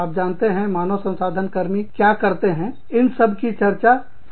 आप जानते हैं मानव संसाधन कर्मी क्या करते हैं इन सब की चर्चा हम कर रहे थे